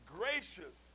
gracious